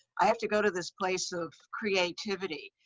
i have to go to this place of creativity.